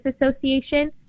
association